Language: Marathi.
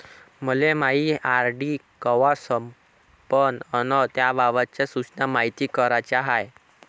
मले मायी आर.डी कवा संपन अन त्याबाबतच्या सूचना मायती कराच्या हाय